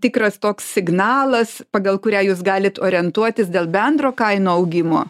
tikras toks signalas pagal kurią jūs galit orientuotis dėl bendro kainų augimo